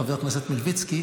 חבר הכנסת מלביצקי,